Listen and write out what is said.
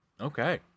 Okay